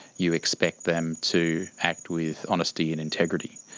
you expect them to act with honesty and integrity.